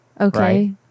Okay